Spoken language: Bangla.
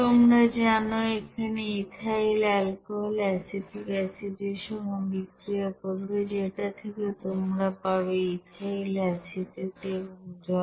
তোমরা জানো এখানে ইথাইল অ্যালকোহল অ্যাসিটিক এসিডের সঙ্গে বিক্রিয়া করবে যেটা থেকে তোমরা পাবে ইথাইল অ্যাসিটেট এবং জল